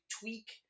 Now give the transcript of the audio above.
tweak